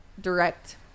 direct